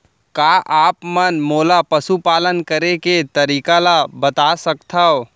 का आप मन मोला पशुपालन करे के तरीका ल बता सकथव?